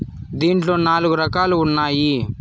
దీంట్లో నాలుగు రకాలుగా ఉన్నాయి